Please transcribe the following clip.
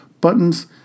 buttons